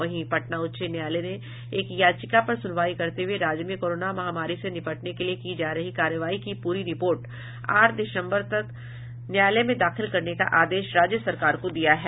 वहीं पटना उच्च न्यायालय ने एक याचिका पर सुनवाई करते हुए राज्य में कोरोना महामारी से निपटने के लिए की जा रही कार्रवाई की पूरी रिपोर्ट आठ दिसम्बर तक न्यायालय में दाखिल करने का आदेश राज्य सरकार को दिया है